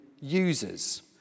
users